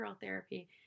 therapy